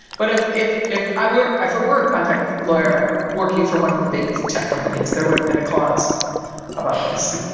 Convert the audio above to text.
but if if if i were for work contract lawyer working for one of the big tech companies, there would have been a clause about this